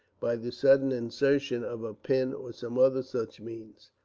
by the sudden insertion of a pin, or some other such means.